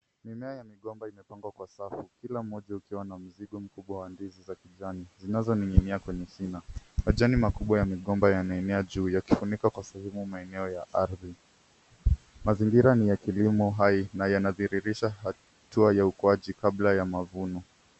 Mimea ya migomba imepangwa kwa safu kila mmoja ukiwa na mzigo mkubwa wa ndizi za kijani zinazoning'inia kwenye shina. Majani makubwa ya migomba yameenea juu yakifunika kwa sehemu maeneo ya ardhi. Mazingira ni ya kilimo hai na yanadhihirisha hatua ya ukuaji kabla ya mavuno.